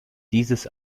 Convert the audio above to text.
dieses